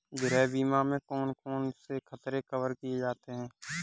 गृह बीमा में कौन कौन से खतरे कवर किए जाते हैं?